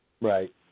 Right